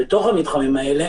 במתחמים האלה,